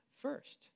first